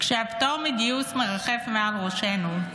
-- כשהפטור מגיוס מרחף מעל ראשנו,